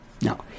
No